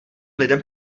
lidem